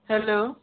hello